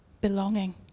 belonging